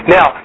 Now